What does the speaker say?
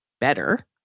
better